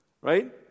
right